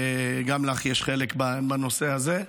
גם לך יש חלק בנושא הזה.